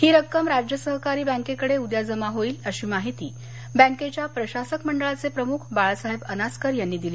ही रक्कम राज्य सहकारी बँकेकडे उद्या जमा होईल अशी माहिती बँकेच्या प्रशासक मंडळाचे प्रमुख बाळासाहेब अनास्कर यांनी दिली